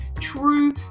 true